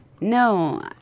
No